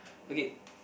okay